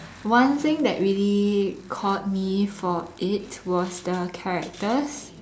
one thing that really caught me for it was the characters